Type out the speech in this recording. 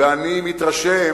ואני מתרשם